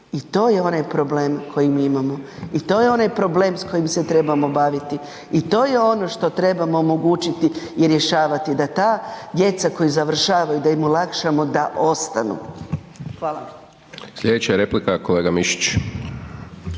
I to je onaj problem koji mi imamo. I to je onaj problem s kojim se trebamo baviti. I to je ono što trebamo omogućiti i rješavati da ta djeca koja završavaju, da im olakšamo da ostanu. Hvala. **Hajdaš Dončić,